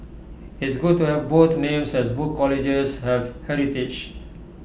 it's good to have both names as both colleges have heritage